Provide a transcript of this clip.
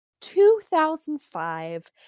2005